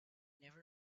never